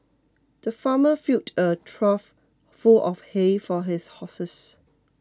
the farmer filled a trough full of hay for his horses